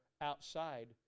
outside